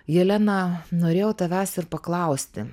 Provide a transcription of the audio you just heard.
jelena norėjau tavęs ir paklausti